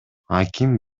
аким